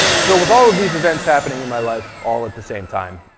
so with all of these events happening in my life, all at the same time,